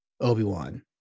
Obi-Wan